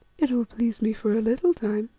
it will please me for a little time,